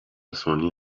سنی